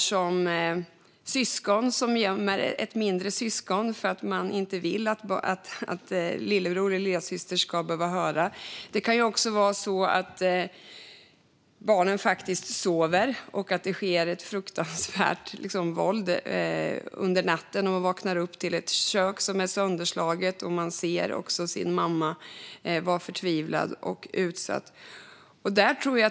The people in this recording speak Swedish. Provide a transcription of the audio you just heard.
Det kan vara syskon som gömmer ett mindre syskon för att man inte vill att lillebror eller lillasyster ska behöva höra. Det kan också vara så att barnen sover och att ett fruktansvärt våld sker under natten så att de vaknar upp och ser ett kök som är sönderslaget och en förtvivlad och utsatt mamma.